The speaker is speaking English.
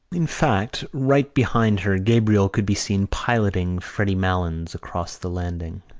in fact right behind her gabriel could be seen piloting freddy malins across the landing.